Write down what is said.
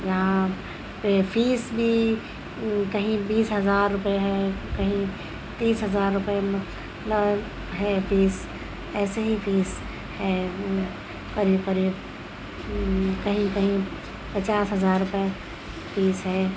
یہاں پہ فیس بھی کہیں بیس ہزار روپئے ہے کہیں تیس ہزار روپئے ہے فیس ایسے ہی فیس ہے قریب قریب کہیں کہیں پچاس ہزار روپئے فیس ہے